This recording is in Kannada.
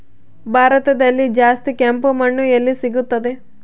ಭಾರತದಲ್ಲಿ ಜಾಸ್ತಿ ಕೆಂಪು ಮಣ್ಣು ಎಲ್ಲಿ ಸಿಗುತ್ತದೆ?